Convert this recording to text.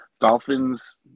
Dolphins